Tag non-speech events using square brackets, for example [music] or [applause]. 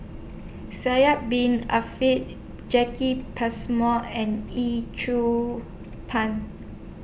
Sidek Bin [unintelligible] Jacki Passmore and Yee [unintelligible] Pun